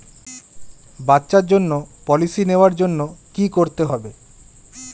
বাচ্চার জন্য পলিসি নেওয়ার জন্য কি করতে হবে?